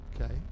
Okay